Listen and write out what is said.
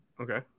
okay